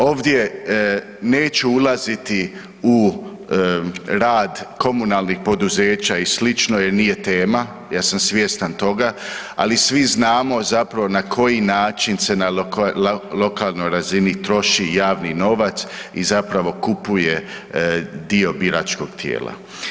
Ovdje neću ulaziti u rad komunalnih poduzeća i sl. jer nije tama, ja sam svjestan toga, ali svi znamo zapravo na koji način se na lokalnoj razini troši javni novac i zapravo kupuje dio biračkog tijela.